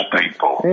people